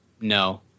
No